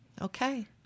Okay